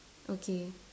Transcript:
okay